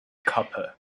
copper